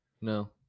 no